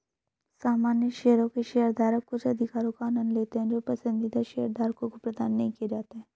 सामान्य शेयरों के शेयरधारक कुछ अधिकारों का आनंद लेते हैं जो पसंदीदा शेयरधारकों को प्रदान नहीं किए जाते हैं